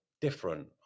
different